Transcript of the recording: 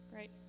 Great